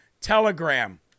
Telegram